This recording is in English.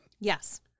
Yes